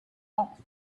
off